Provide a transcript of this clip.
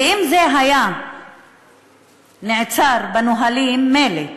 ואם זה היה נעצר בנהלים, מילא,